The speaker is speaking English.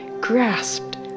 grasped